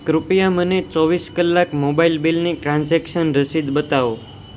કૃપયા મને ચોવીસ કલાક મોબાઈલ બિલની ટ્રાન્ઝેક્શન રસીદ બતાવો